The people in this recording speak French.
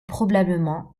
probablement